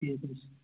ٹھیٖک حظ